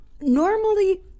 Normally